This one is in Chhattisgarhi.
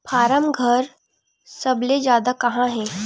फारम घर सबले जादा कहां हे